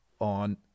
on